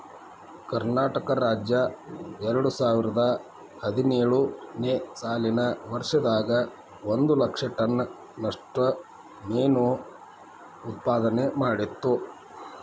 ಕರ್ನಾಟಕ ರಾಜ್ಯ ಎರಡುಸಾವಿರದ ಹದಿನೇಳು ನೇ ಸಾಲಿನ ವರ್ಷದಾಗ ಒಂದ್ ಲಕ್ಷ ಟನ್ ನಷ್ಟ ಮೇನು ಉತ್ಪಾದನೆ ಮಾಡಿತ್ತು